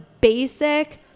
basic